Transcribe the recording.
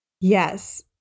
yes